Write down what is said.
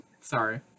Sorry